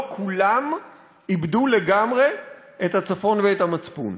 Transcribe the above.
לא כולם איבדו לגמרי את הצפון ואת המצפון,